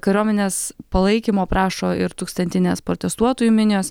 kariuomenės palaikymo prašo ir tūkstantinės protestuotojų minios